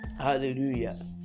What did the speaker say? Hallelujah